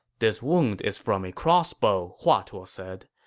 this wound is from a crossbow, hua tuo ah said.